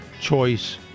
choice